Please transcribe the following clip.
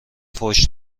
فحش